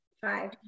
five